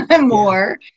more